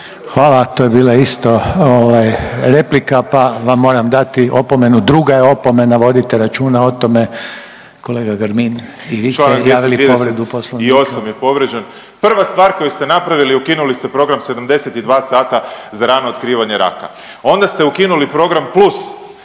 Hvala. To je bila isto ovaj replika pa vam moram dati opomenu. Druga je opomena, vodite računa o tome. Kolega Grbin i vi ste izjavili povredu Poslovnika. **Grbin, Peđa (SDP)** Čl. 238 je povrijeđen. Prva stvar koju ste napravili, ukinuli ste Program 72 sata za rano otkrivanje raka. Onda ste ukinuli program plus